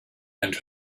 and